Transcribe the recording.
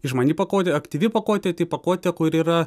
išmani pakuotė aktyvi pakuotė tai pakuotė kur yra